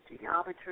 geometry